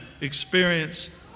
experience